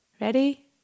Ready